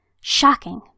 Shocking